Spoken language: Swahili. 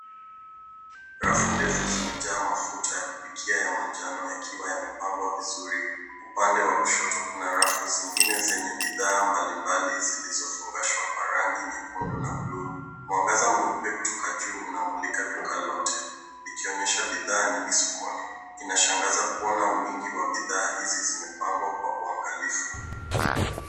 Rafu zimejaa mafuta ya kupikia ya manjano yakiwa yamepangwa vizuri. Upande wa kushoto kuna rafu zingine zenye bidhaa mbalimbali zilizofungashwa kwa rangi ya nyekundu na bluu. Mwanga mweupe kutoka juu unamulika duka lote, likionyesha wingi wa bidhaa sokoni. Inashangaza kuona bidhaa hizi nyingi zikiwa zimepangwa kwa uangalifu.